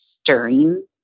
stirring